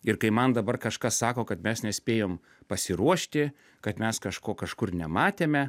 ir kai man dabar kažkas sako kad mes nespėjom pasiruošti kad mes kažko kažkur nematėme